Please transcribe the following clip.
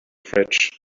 fridge